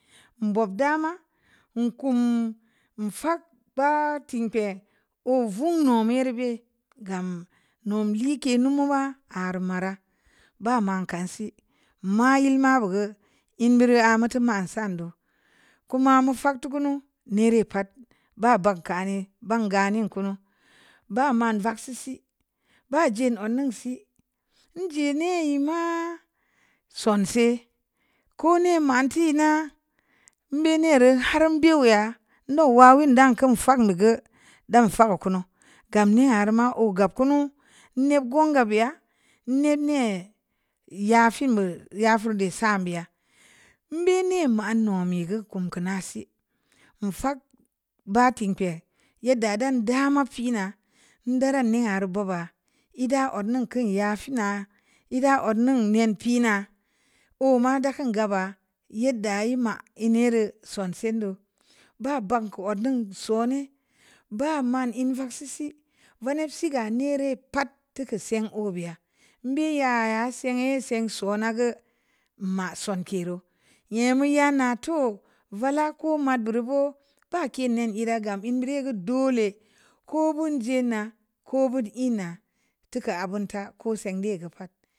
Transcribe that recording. Nbugdama nkum afagba timpe ovun num meyeribe gam num like numaba armara ba man kansi manli nmabugu nberi amutu anan sandu kuma mufag tukunu neri pat ba bankani ban gani kunu ba man vag sis bajen onunsi ejini eni ma sonsi kuni manti na nbenra har biwuya ndwang win dwan kan fang bugu dan faga kunu gam ni har ma ogab kunu mbgon gab ya nemne yafi mu yafurdi sambiya nberi amanu megu kunku nasi mun fag batimpe yada dan dama fina ndaran nin har baba ida odun kunya fina lda onun nen fina oma dukun gaba yada nyema lniru sonsindu ba banku odun sone ba man lvang sisi vanabsi ganeri pat tuku sun obiya nbiya ya sinyi sin so nagu ma sun keru nyemi yana to vala kumat durbo ba kenin nyera gam nyeri dole ko bun jinna ko vud-e-na tuka abunta ko sandi a pat.